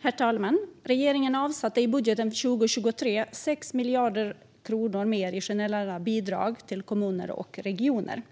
Herr talman! I budgeten för 2023 avsatte regeringen 6 miljarder kronor mer i generella bidrag till kommuner och regioner.